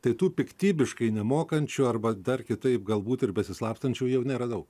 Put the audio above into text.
tai tų piktybiškai nemokančių arba dar kitaip galbūt ir besislapstančių jau nėra daug